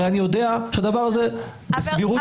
הרי אני יודע שהדבר הזה בסבירות גבוהה יתנקם בי בסוף,